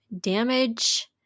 damage